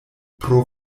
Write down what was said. pro